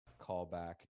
callback